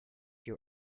your